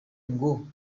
ngo